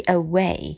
away